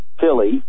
Philly